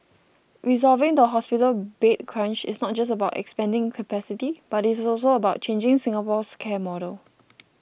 resolving the hospital bed crunch is not just about expanding capacity but it is also about changing Singapore's care model